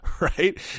right